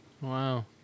Wow